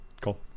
cool